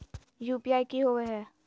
UPI की होवे है?